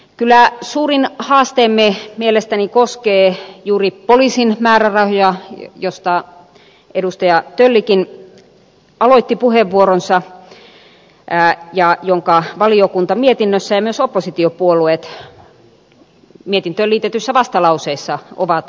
kyllä suurin haasteemme mielestäni koskee juuri poliisin määrärahoja joista edustaja töllikin aloitti puheenvuoronsa ja jotka valiokunta mietinnössä ja myös oppositiopuolueet mietintöön liitetyssä vastalauseessa ovat huomioineet